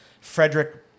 Frederick